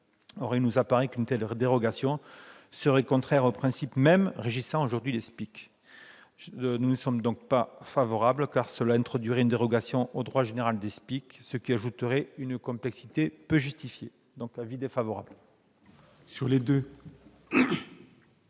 Or il nous apparaît qu'une telle dérogation serait contraire aux principes mêmes qui régissent aujourd'hui les SPIC. Nous n'y sommes pas favorables, car un tel dispositif introduirait une dérogation au droit général des SPIC, ce qui ajouterait une complexité peu justifiée. La commission